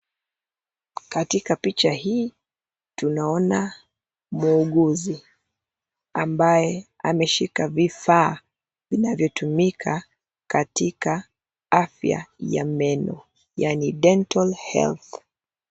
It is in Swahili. Katika picha hii, tunaona muuguzi, ambaye ameshika vifaa, vinavyotumika ,katika, afya ya meno yaani dental health .